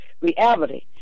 reality